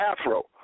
Afro